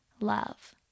love